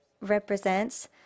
represents